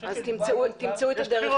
תמצאו את הדרך.